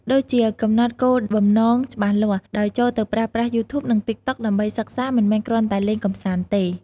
ដូចជាកំណត់គោលបំណងច្បាស់លាស់ ដោយចូលទៅប្រើប្រាស់ យូធូប និងតិកតុក ដើម្បីសិក្សា មិនមែនគ្រាន់តែលេងកម្សាន្តទេ។